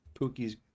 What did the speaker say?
Pookie's